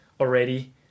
Already